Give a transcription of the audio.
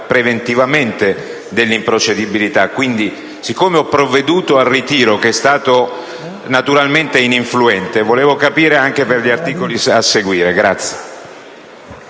preventivamente dell'improcedibilità. Siccome ho provveduto al ritiro, che è stato naturalmente ininfluente, vorrei capire come regolarmi per gli articoli a seguire.